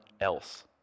else